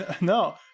no